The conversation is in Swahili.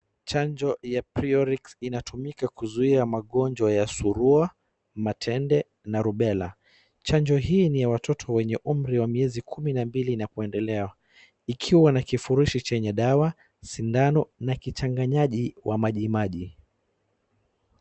Chanjo ya priorix inatumika kuzuia magonjwa ya Surua, Matende na Rubella. Chanjo hii ni ya watoto wenye umri wa miezi kumi na miwili na kuendelea, ikiwa na kifurushi chenye dawa, sindano na kichanganyaji cha majimaji.